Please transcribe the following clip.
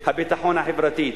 החברתית?